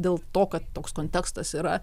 dėl to kad toks kontekstas yra